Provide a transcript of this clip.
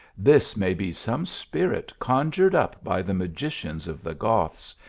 this may be some spirit conjured up by the magicians of the goths,